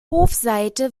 hofseite